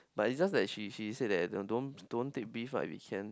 but it just like she she say that don't don't take beef if we can